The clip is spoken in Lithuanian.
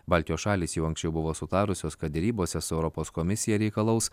baltijos šalys jau anksčiau buvo sutarusios kad derybose su europos komisija reikalaus